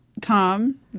Tom